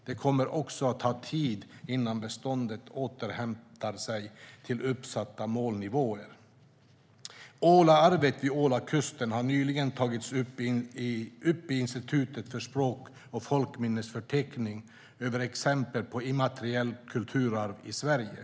Det kommer också att ta tid innan beståndet återhämtar sig till uppsatta målnivåer. Ålarvet vid Ålakusten har nyligen tagits upp i Institutet för språk och folkminnens förteckning över exempel på immateriella kulturarv i Sverige.